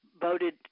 voted